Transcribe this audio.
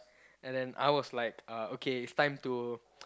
and then I was like uh okay it's time to